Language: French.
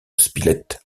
spilett